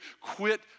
Quit